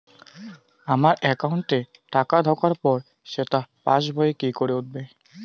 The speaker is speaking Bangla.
আমার একাউন্টে টাকা ঢোকার পর সেটা পাসবইয়ে কি করে উঠবে?